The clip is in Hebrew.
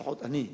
לפחות אני,